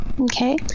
okay